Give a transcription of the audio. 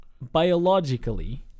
biologically